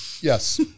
Yes